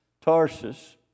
Tarsus